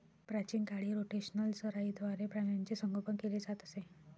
प्राचीन काळी रोटेशनल चराईद्वारे प्राण्यांचे संगोपन केले जात असे